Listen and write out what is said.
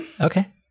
Okay